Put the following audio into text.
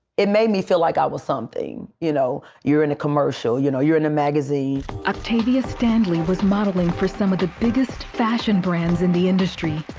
it made me feel like i was something. you know you're in a commercial, you know. you're in a magazine. reporter octavia stanley was modeling for some of the biggest fashion trends in the industry.